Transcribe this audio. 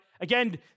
Again